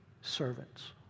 servants